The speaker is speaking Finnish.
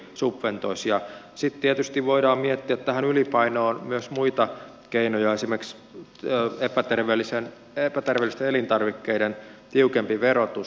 sitten tietysti voidaan miettiä tähän ylipainoon myös muita keinoja esimerkiksi epäterveellisten elintarvikkeiden tiukempi verotus